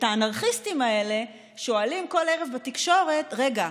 את האנרכיסטים האלה שואלים כל ערב בתקשורת: רגע,